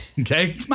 Okay